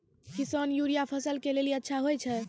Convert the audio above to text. किसान यूरिया फसल के लेली अच्छा होय छै?